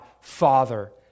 father